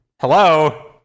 hello